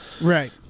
Right